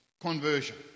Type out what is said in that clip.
conversion